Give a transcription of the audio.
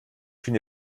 finde